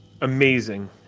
amazing